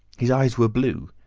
his eyes were blue,